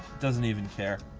doesn't even care.